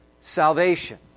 salvation